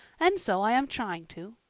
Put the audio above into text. and so i am trying to.